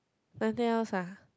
nothing else ah